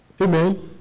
Amen